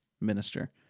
minister